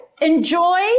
Enjoy